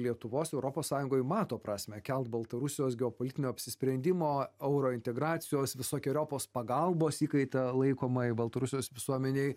lietuvos europos sąjungoj mato prasmę kelt baltarusijos geopolitinio apsisprendimo eurointegracijos visokeriopos pagalbos įkaite laikomai baltarusijos visuomenei